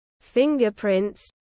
fingerprints